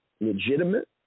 legitimate